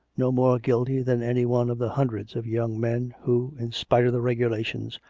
no more guilty than any one of the hundreds of young men who, in spite of the reg ulations,